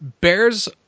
bears